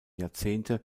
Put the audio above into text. jahrzehnte